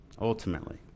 ultimately